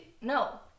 No